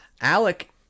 Alec